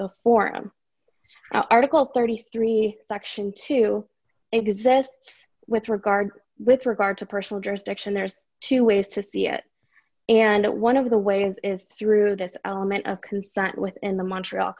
the form article thirty three section two exists with regard with regard to personal jurisdiction there's two ways to see it and one of the ways is through this element of consent within the montreal